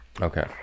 okay